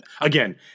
again